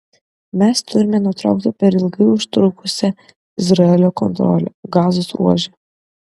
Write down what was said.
mes turime nutraukti per ilgai užtrukusią izraelio kontrolę gazos ruože